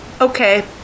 Okay